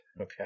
okay